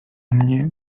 mnie